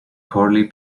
chorley